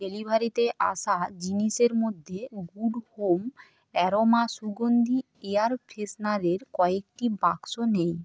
ডেলিভারিতে আসা জিনিসের মধ্যে গুড হোম অ্যারোমা সুগন্ধী এয়ার ফ্রেশনারের কয়েকটি বাক্স নেই